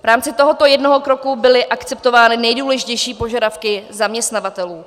V rámci tohoto jednoho kroku byly akceptovány nejdůležitější požadavky zaměstnavatelů.